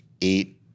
eight